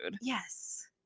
Yes